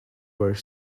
were